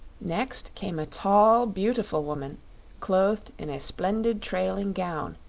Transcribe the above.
next came a tall, beautiful woman clothed in a splendid trailing gown,